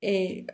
এই